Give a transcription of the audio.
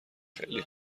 خیلی